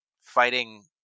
fighting